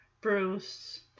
Bruce